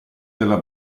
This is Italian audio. della